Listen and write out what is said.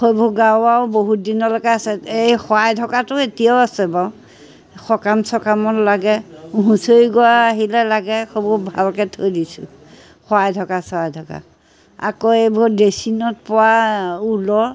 সেইবোৰ গাৰু ওৱাৰও বহুত দিনলৈকে আছে এই শৰাই থকাটো এতিয়াও আছে বাৰু সকাম চকামত লাগে হুঁচৰি গোৱা আহিলে লাগে সেইবোৰ ভালকৈ থৈ দিছোঁ শৰাই ঢকা চৰাই ঢকা আকৌ এইবোৰ ড্ৰেচিঙত পৰা ঊলৰ